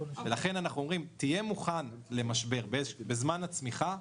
ולכן אנחנו אומרים: תהיה מוכן למשבר בזמן הצמיחה,